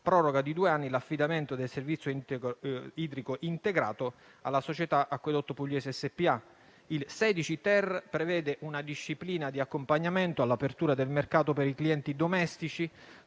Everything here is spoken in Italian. proroga di due anni l'affidamento del servizio idrico integrato alla Società acquedotto pugliese SpA. L'articolo 16-*ter* prevede una disciplina di accompagnamento all'apertura del mercato per i clienti domestici